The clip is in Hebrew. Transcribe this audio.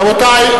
רבותי,